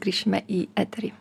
grįšime į eterį